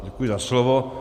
Děkuji za slovo.